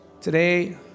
today